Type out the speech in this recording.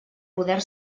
poder